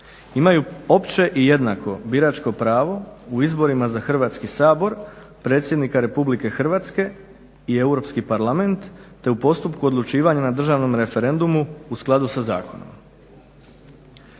imaju opće i jednako biračko pravo u izborima za Hrvatski sabor, predsjednika Republike Hrvatske i Europski parlament te u postupku odlučivanja na državnom referendumu u skladu sa zakonom.